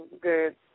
good